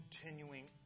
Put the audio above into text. continuing